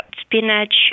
spinach